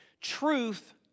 Truth